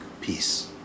peace